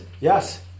Yes